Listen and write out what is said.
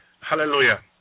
hallelujah